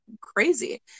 crazy